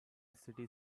city